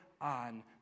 on